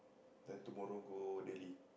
then tomorrow go daily